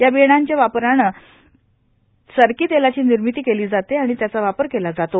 या बियाणांच्या वापराने सरकी तेलाची निर्मिती केली जाते आणि त्याचा वापर केला जातो